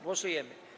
Głosujemy.